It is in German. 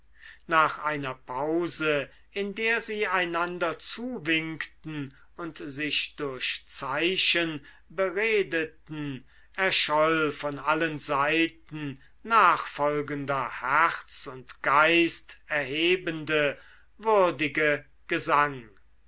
nach einer pause in der sie einander zuwinkten und sich durch zeichen beredeten erscholl von allen seiten nach folgender herz und geist erhebende würdige gesang